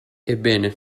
ebbene